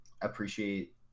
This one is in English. appreciate